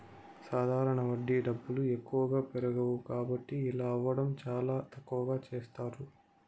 సాధారణ వడ్డీ డబ్బులు ఎక్కువగా పెరగవు కాబట్టి ఇలా ఇవ్వడం చాలా తక్కువగా చేస్తారు